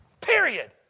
Period